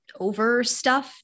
overstuff